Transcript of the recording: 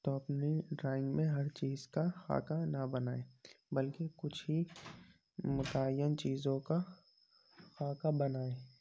تو اپنی ڈرائنگ میں ہر چیز کا خاکہ نہ بنائیں بلکہ کچھ ہی متعین چیزوں کا خاکہ بنائیں